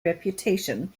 reputation